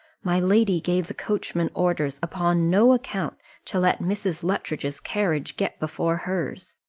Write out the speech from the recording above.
my lady gave the coachman orders upon no account to let mrs. luttridge's carriage get before hers.